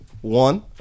one